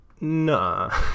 Nah